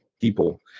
people